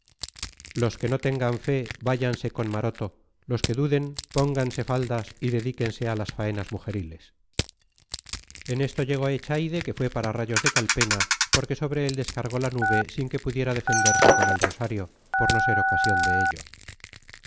los que no tengan fe váyanse con maroto los que duden pónganse faldas y dedíquense a las faenas mujeriles en esto llegó echaide que fue pararrayos de calpena porque sobre él descargó la nube sin que pudiera defenderse con el rosario por no ser ocasión de ello